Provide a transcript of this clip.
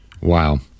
Wow